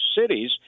cities